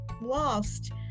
lost